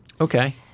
Okay